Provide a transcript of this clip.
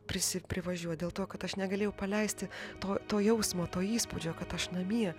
prisi privažiuot dėl to kad aš negalėjau paleisti to to jausmo to įspūdžio kad aš namie